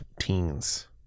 teens